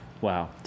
Wow